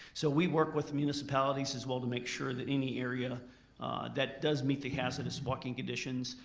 so we work with municipalities as well to make sure that any area that does meet the hazardous walking conditions,